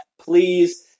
please